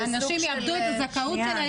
אנשים יאבדו את הזכאות שלהם,